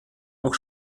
auch